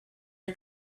are